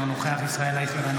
אינו נוכח ישראל אייכלר,